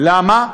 למה?